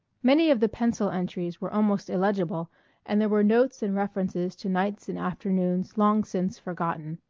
many of the pencil entries were almost illegible and there were notes and references to nights and afternoons long since forgotten,